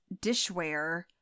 dishware